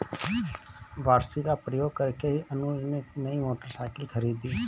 वार्षिकी का प्रयोग करके ही अनुज ने नई मोटरसाइकिल खरीदी